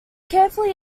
carefully